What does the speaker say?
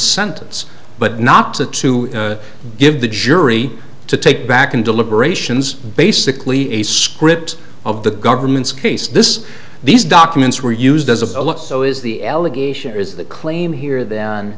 sentence but not to to give the jury to take back in deliberations basically a script of the government's case this these documents were used as a look so is the allegation is that claim here th